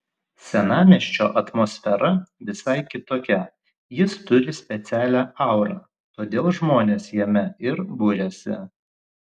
senamiesčio atmosfera visai kitokia jis turi specialią aurą todėl žmonės jame ir buriasi